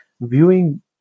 viewing